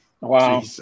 wow